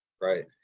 Right